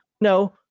No